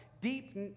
deep